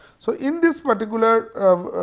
so in this particular